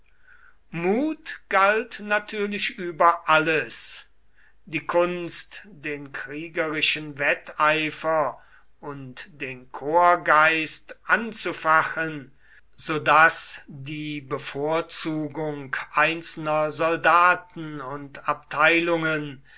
mut galt natürlich über alles die kunst den kriegerischen wetteifer und den korpsgeist anzufachen so daß die bevorzugung einzelner soldaten und abteilungen